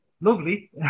lovely